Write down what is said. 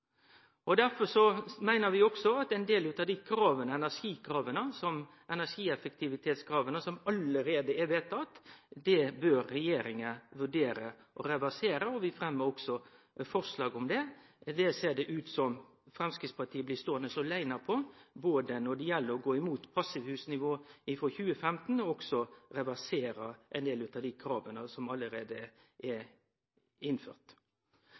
meiner vi òg at regjeringa bør vurdere å reversere ein del av dei energieffektivitetskrava som allereie er vedtatt, og vi fremmer forslag om det. Det ser det ut som Framstegspartiet blir ståande aleine om, både når det gjeld å gå imot passivhusnivå frå 2015, og når det gjeld å reversere nokon av dei krava som allereie er